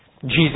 Jesus